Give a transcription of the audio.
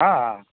હા